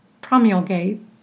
promulgate